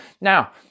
now